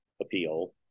appeal